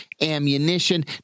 ammunition